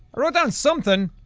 wrote down something